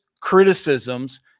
criticisms